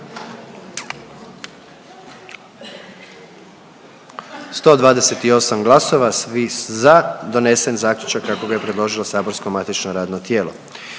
128 glasova za tako da smo donijeli zaključak kako ga je predložilo saborsko matično radno tijelo.